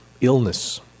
illness